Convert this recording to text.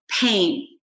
pain